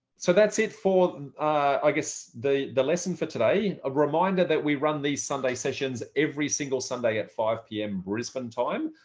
so that's it for, and i guess the the lesson for today, a reminder that we run these sunday sessions every single sunday at five pm brisbane time.